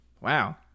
wow